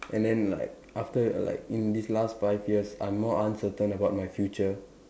and then like after like in these last five years I'm more uncertain about my future